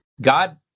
God